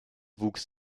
wuchs